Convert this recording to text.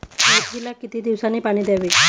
मेथीला किती दिवसांनी पाणी द्यावे?